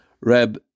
Reb